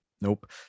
Nope